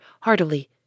heartily